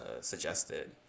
suggested